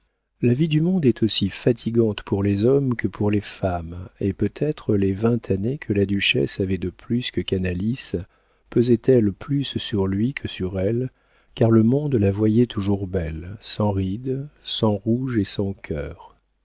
la vie du monde est aussi fatigante pour les hommes que pour les femmes et peut-être les vingt années que la duchesse avait de plus que canalis pesaient elles plus sur lui que sur elle car le monde la voyait toujours belle sans rides sans rouge et sans cœur